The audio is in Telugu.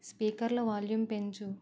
స్పీకర్ల వాల్యూమ్ పెంచు